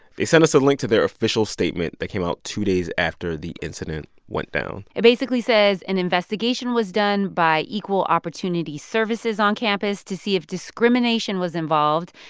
they sent us a link to their official statement that came out two days after the incident went down it basically says an investigation was done by equal opportunity services on campus to see if discrimination was involved,